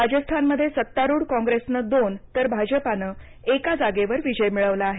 राजस्थानमध्ये सत्तारू काँग्रेसनं दोन तर भाजपाने एका जागेवर विजय मिळवला आहे